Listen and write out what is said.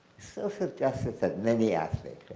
social justice has many aspects.